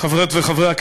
חברות וחברי הכנסת,